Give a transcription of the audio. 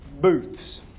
booths